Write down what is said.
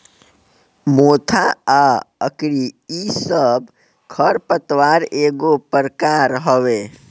मोथा आ अकरी इ सब खर पतवार एगो प्रकार हवे